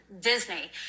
Disney